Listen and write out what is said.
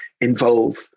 involve